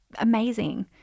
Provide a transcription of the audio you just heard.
amazing